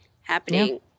happening